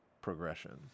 Progression